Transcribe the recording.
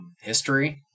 history